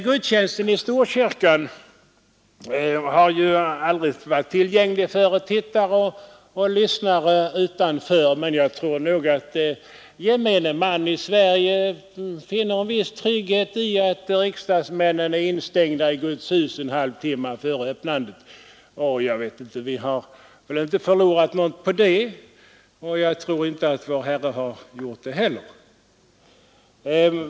Gudstjänsten i Storkyrkan har ju aldrig varit tillgänglig för tittare och lyssnare utanför, men jag tror nog att gemene man i Sverige finner en viss trygghet i att riksdagsmännen är instängda i Guds hus en halvtimme före öppnandet. Vi riksdagsmän har väl inte förlorat något på det, och jag tror inte att Vår Herre har gjort det heller.